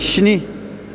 स्नि